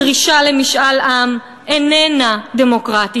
הדרישה למשאל עם איננה דמוקרטית,